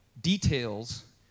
details